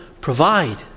provide